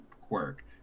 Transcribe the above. quirk